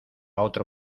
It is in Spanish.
otro